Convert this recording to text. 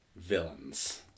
villains